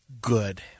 Good